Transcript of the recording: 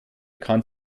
kann